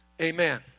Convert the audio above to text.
Amen